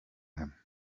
him